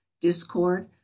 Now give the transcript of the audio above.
discord